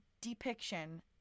depiction